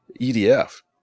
EDF